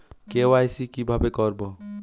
KYC কিভাবে করব?